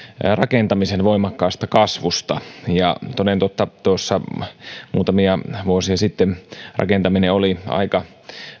rakentamisen voimakkaasta kasvusta ja toden totta muutamia vuosia sitten rakentaminen oli aika